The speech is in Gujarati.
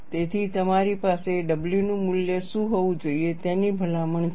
તેથી તમારી પાસે w નું મૂલ્ય શું હોવું જોઈએ તેની ભલામણ છે